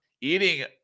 eating